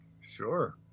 Sure